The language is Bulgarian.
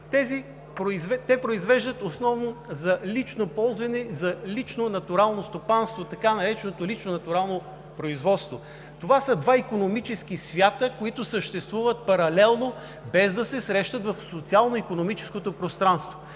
те произвеждат основно за лично ползване, за лично натурално стопанство – така нареченото лично натурално производство. Това са два икономически свята, които съществуват паралелно, без да се срещат в социално-икономическото пространство.